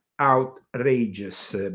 outrageous